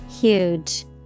Huge